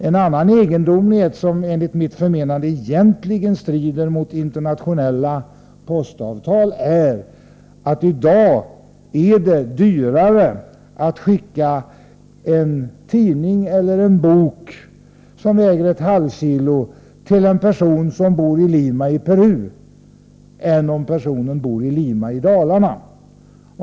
En annan egendomlighet, som enligt mitt förmenande egentligen strider mot internationella postavtal, är att det i dag är billigare att skicka en tidning eller en bok som väger ett halvt kilo till en person som bor i Lima i Peru än till en person som bor i Lima i Dalarna.